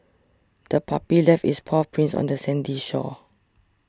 the puppy left its paw prints on the sandy shore